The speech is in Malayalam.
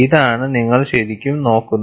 ഇതാണ് നിങ്ങൾ ശരിക്കും നോക്കുന്നത്